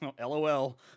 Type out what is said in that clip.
LOL